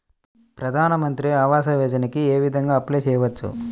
ప్రధాన మంత్రి ఆవాసయోజనకి ఏ విధంగా అప్లే చెయ్యవచ్చు?